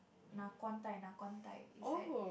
Nakhon Thai Nakhon Thai is that